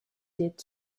did